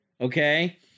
okay